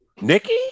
Nikki